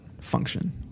function